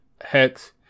Hex